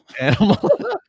Animal